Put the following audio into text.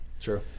True